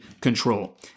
control